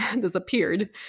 disappeared